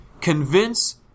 convince